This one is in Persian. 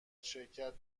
شرکت